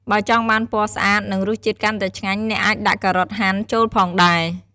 បើចង់បានពណ៌ស្អាត និងរសជាតិកាន់តែឆ្ងាញ់ អ្នកអាចដាក់ ការ៉ុតហាន់ ចូលផងដែរ។